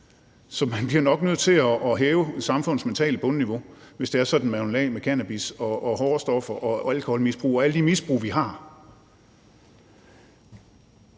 Så man bliver nok nødt til at hæve samfundets mentale bundniveau, hvis det er sådan, at man vil af med cannabis og hårde stoffer og alkoholmisbrug og alle de misbrug, vi har.